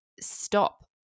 stop